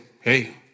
hey